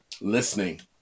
listening